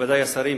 מכובדי השרים,